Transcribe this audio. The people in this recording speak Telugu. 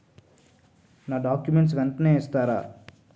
నా డాక్యుమెంట్స్ వెంటనే ఇస్తారా?